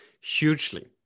Hugely